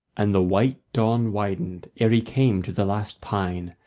and the white dawn widened ere he came to the last pine,